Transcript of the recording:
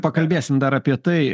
pakalbėsim dar apie tai